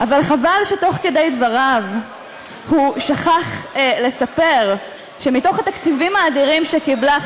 אבל חבל שתוך כדי דבריו הוא שכח לספר שמתוך התקציבים האדירים שקיבלה,